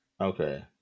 okay